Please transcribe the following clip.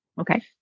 Okay